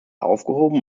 aufgehoben